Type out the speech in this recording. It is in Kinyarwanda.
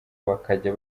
bakazajya